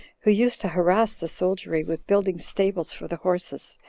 who used to harass the soldiery with building stables for the horses,